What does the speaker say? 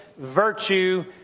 virtue